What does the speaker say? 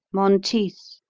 monteith,